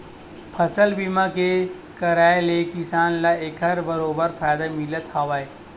फसल बीमा के करवाय ले किसान ल एखर बरोबर फायदा मिलथ हावय